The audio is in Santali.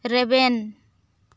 ᱨᱮᱵᱮᱱ